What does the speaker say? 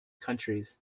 countries